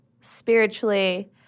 spiritually